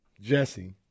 Jesse